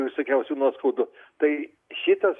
visokiausių nuoskaudų tai šitas